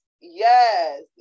yes